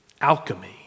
alchemy